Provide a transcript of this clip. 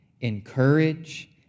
encourage